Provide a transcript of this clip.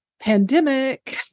pandemic